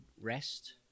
rest